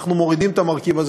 אנחנו מורידים את המרכיב הזה,